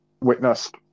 witnessed